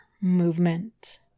movement